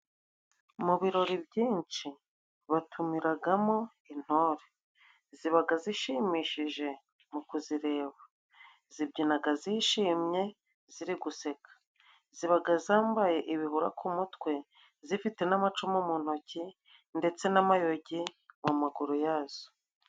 Mu birori byinshi batumiragamo intore. Zibaga zishimishije mu kuzireba. Zibyinaga zishimye ziri guseka. Zibaga zambaye ibihura ku mutwe zifite n'amacumu mu ntoki ndetse n'amayogi mu maguru yazo.